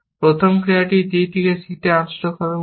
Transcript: প্রথম ক্রিয়াটি d থেকে c আনস্ট্যাক হবে মূলত